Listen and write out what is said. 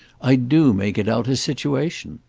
i do make it out a situation.